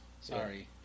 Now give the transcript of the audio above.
Sorry